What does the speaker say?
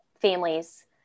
families